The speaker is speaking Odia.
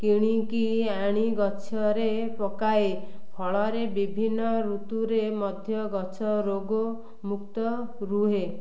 କିଣିକି ଆଣି ଗଛରେ ପକାଏ ଫଳରେ ବିଭିନ୍ନ ଋତୁରେ ମଧ୍ୟ ଗଛ ରୋଗମୁକ୍ତ ରୁହେ